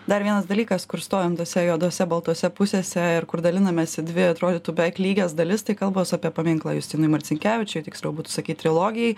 dar vienas dalykas kur stovim tose juodose baltose pusėse ir kur dalinamės į dvi atrodytų beveik lygias dalis tai kalbos apie paminklą justinui marcinkevičiui tiksliau būtų sakyti trilogijai